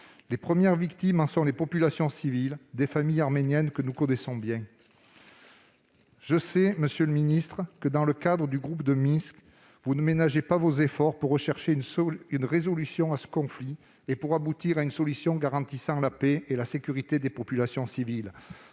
Les premières victimes en sont les populations civiles, des familles arméniennes que nous connaissons bien. Je sais, monsieur le ministre, que, dans le cadre du groupe de Minsk, vous ne ménagez pas vos efforts pour résoudre ce conflit et pour aboutir à une solution garantissant la paix et la sécurité des populations civiles.